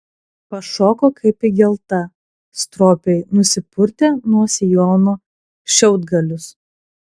pašoko kaip įgelta stropiai nusipurtė nuo sijono šiaudgalius